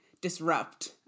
disrupt